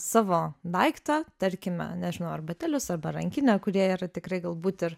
savo daiktą tarkime nežinau ar batelius arba rankinę kurie yra tikrai galbūt ir